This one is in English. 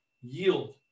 yield